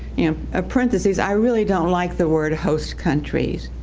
and ah parentheses i really don't like the word host countries.